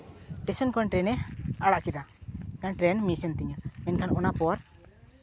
station ᱠᱷᱚᱱ ᱴᱨᱮᱹᱱᱮ ᱟᱲᱟᱜ ᱠᱮᱫᱟ ᱢᱤᱫᱴᱟᱱ ᱴᱨᱮᱹᱱ ᱢᱤᱥ ᱮᱱ ᱛᱤᱧᱟᱹ ᱢᱮᱱᱠᱷᱟᱱ ᱚᱱᱟ ᱯᱚᱨ